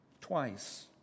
Twice